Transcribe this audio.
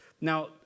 Now